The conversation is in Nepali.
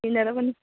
हिँडेर पनि